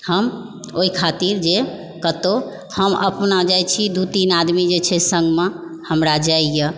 हम ओहि खातिर जे कतौ जे हम अपना जाइ छी दू तीन आदमी जे छै सङ्गमे हमरा जाइया